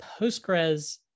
Postgres